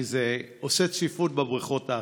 כי זה עושה צפיפות בבריכות האחרות,